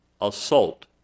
assault